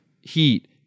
Heat